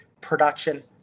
production